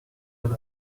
with